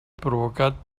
provocat